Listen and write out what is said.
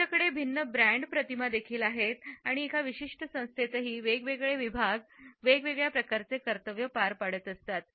त्यांच्याकडे भिन्न ब्रँड प्रतिमा देखील आहेत आणि एका विशिष्ट संस्थेतही वेगवेगळे विभाग वेगवेगळ्या प्रकारचे कर्तव्य पार पाडतात